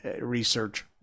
research